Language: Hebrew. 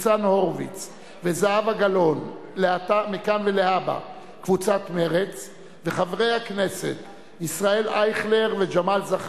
חד"ש וקבוצת סיעת רע"ם-תע"ל ושל חבר הכנסת איתן כבל לסעיף 1 לא נתקבלה.